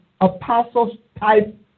apostles-type